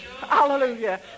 hallelujah